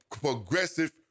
progressive